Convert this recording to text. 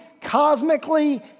cosmically